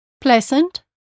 Pleasant